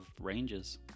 ranges